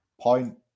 point